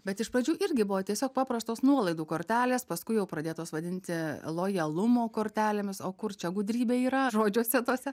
bet iš pradžių irgi buvo tiesiog paprastos nuolaidų kortelės paskui jau pradėtos vadinti lojalumo kortelėmis o kur čia gudrybė yra žodžiuose tuose